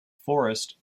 forest